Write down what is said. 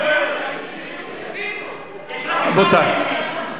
יש רק אחד שמבין: מצנע.